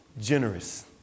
Generous